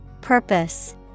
Purpose